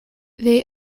they